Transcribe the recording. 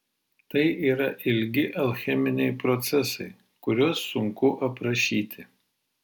tai yra ilgi alcheminiai procesai kuriuos sunku aprašyti